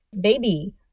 baby